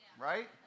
Right